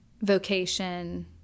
vocation